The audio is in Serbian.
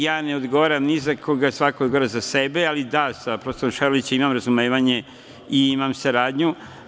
Ja ne odgovaram ni za koga, svako odgovara za sebe, ali - da, sa prof. Ševarlićem imam razumevanje i imam saradnju.